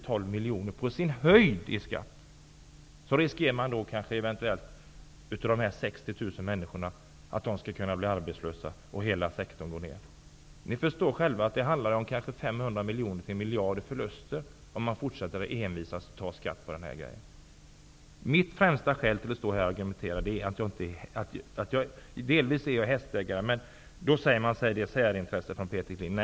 Jo, man får på sin höjd in 10--12 miljoner, och så riskerar man att dessa 60 000 människor blir arbetslösa och att hela sektorn minskar. Ni förstår själva att det handlar om kanske 500 miljoner till 1 miljard i förluster om staten fortsätter att envisas med att ta ut skatt på detta. Mitt främsta skäl till att stå här och argumentera är att jag själv delvis är hästägare. Då säger man att jag gör det därför att jag har detta särintresse.